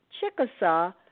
Chickasaw